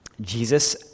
Jesus